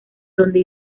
donde